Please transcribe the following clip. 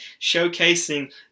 showcasing